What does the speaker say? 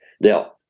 Now